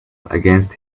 against